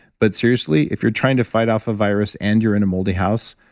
but seriously, if you're trying to fight off a virus and you're in a moldy house,